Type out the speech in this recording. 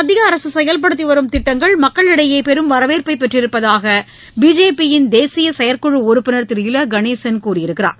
மத்தியஅரசுசெயல்படுத்திவரும் திட்டங்கள் மக்களிடையேபெரும் வரவேற்பபெற்றிருப்பதாகபிஜேபியின் தேசியசெயற்குழுஉறுப்பினர் திரு இல கணேசன் கூறியிருக்கிறார்